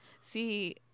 see